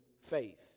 faith